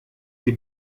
die